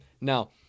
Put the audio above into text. Now